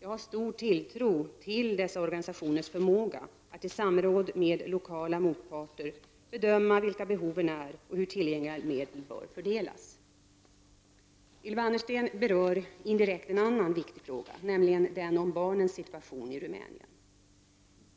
Jag har stor tilltro till dessa organisationers förmåga att i samråd med lokala motparter bedöma vilka behoven är och hur tillgängliga medel bör fördelas. Ylva Annerstedt berör indirekt en annan viktig fråga, nämligen den om barnens situation i Rumänien.